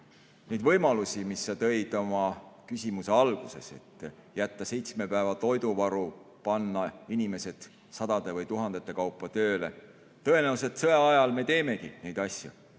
neid võimalusi, mis sa tõid oma küsimuse alguses – jätta seitsme päeva toiduvaru, panna inimesed sadade või tuhandete kaupa tööle –, siis tõenäoliselt sõja ajal me teemegi neid asju,